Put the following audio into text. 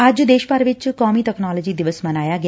ਅੱਜ ਦੇਸ਼ ਭਰ ਚ ਕੌਮੀ ਤਕਨਾਲੋਜੀ ਦਿਵਸ ਮਨਾਇਆ ਗਿਆ